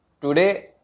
Today